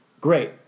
great